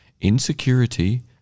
insecurity